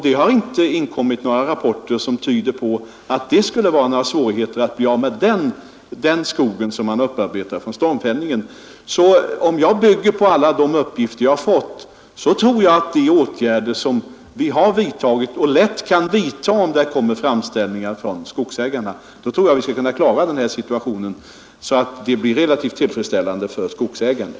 Det har inte inkommit några rapporter som tyder på att det skulle vara några svårigheter att bli av med den skog som man har upparbetat från stormfällningen. Om jag alltså bygger på alla de uppgifter som jag fått tror jag att vi med de åtgärder som vi har vidtagit och lätt kan vidta om det kommer framställningar fran skogsägarna kommer att klara denna situation så att resultatet blir relativt tillfredsställande för skogsägarna.